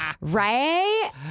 Right